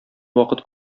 вакыт